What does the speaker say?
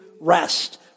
rest